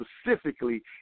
specifically